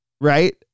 right